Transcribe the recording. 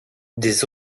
des